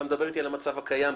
אתה מדבר אתי על המצב הקיים.